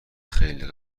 خیلی